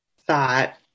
thought